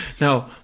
No